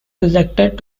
elected